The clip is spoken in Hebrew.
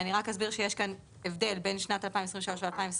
אני רק אסביר שיש כאן הבדל בין שנת 2023 ו-2024,